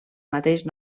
mateix